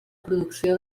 producció